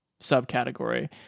subcategory